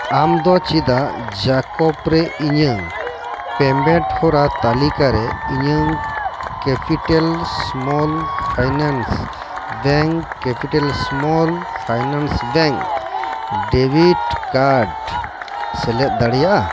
ᱟᱢᱫᱚ ᱪᱮᱫᱟᱜ ᱡᱟᱠᱚᱵ ᱨᱮ ᱤᱧᱟᱹᱝ ᱯᱮᱢᱮᱱᱴ ᱦᱚᱨᱟ ᱛᱟᱞᱤᱠᱟᱨᱮ ᱤᱧᱟᱹᱜ capital small finance bank debit card ᱥᱮᱞᱮᱫ ᱫᱟᱲᱮᱭᱟᱜᱼᱟ